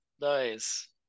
nice